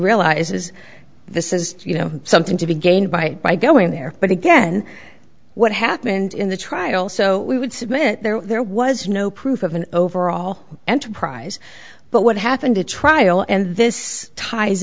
realizes this is you know something to be gained by by going there but again what happened in the trial so we would submit there there was no proof of an overall enterprise but what happened to trial and this ties